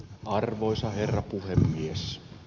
arvoisa herra puhemies